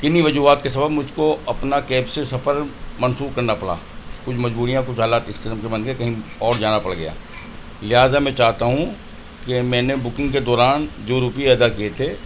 کنہیں وجوہات کے سبب مجھ کو اپنا کیب سے سفر منسوخ کرنا پڑا کچھ مجبوریاں کچھ حالات اس قسم کے بن گئے کہیں اور جانا پڑ گیا لہٰذا میں چاہتا ہوں کہ میں نے بکنگ کے دوران جو روپیے ادا کیے تھے